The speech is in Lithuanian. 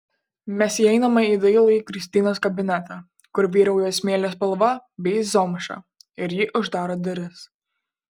mes įeiname į dailųjį kristinos kabinetą kur vyrauja smėlio spalva bei zomša ir ji uždaro duris